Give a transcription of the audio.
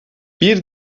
bir